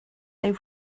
they